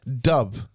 dub